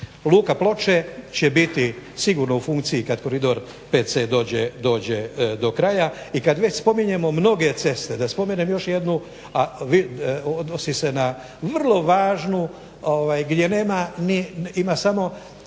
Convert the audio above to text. Luka Ploče će biti sigurno u funkciji kada koridor 5C dođe do kraja. I kada već spominjemo mnoge ceste, da spomenem još jednu, a odnosi se na vrlo važnu gdje ima samo